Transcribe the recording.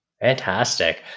Fantastic